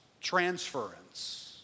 transference